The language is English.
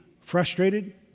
frustrated